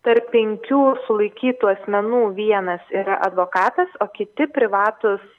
tarp penkių sulaikytų asmenų vienas yra advokatas o kiti privatūs